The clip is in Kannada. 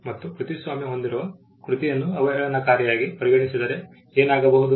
ಮತ್ತು ಕೃತಿಸ್ವಾಮ್ಯ ಹೊಂದಿರುವ ಕೃತಿಯನ್ನು ಅವಹೇಳನಕಾರಿಯಾಗಿ ಪರಿಗಣಿಸಿದರೆ ಏನಾಗಬಹುದು